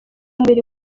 mubiri